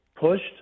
pushed